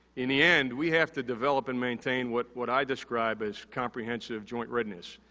in the end, we have to develop and maintain what what i describe as comprehensive joint readiness.